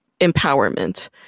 empowerment